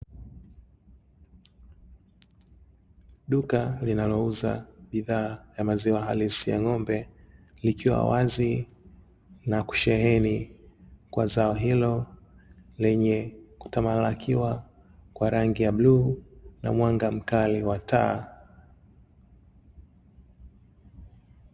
Duka linalouza bidhaa ya maziwa halisi ya ng'ombe, likiwa wazi na kusheheni kwa zao hilo lenye kutamalakiwa kwa rangi ya bluu na mwanga mkali wa taa.